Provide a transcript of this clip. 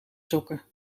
sokken